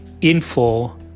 info